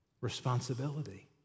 responsibility